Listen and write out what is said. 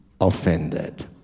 offended